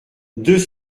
deux